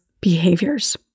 behaviors